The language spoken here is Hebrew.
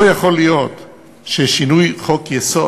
לא יכול להיות ששינוי חוק-יסוד